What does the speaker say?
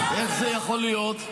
איך זה יכול להיות?